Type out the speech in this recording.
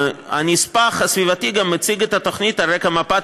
הנספח הסביבתי מציג את התוכנית גם על רקע מפת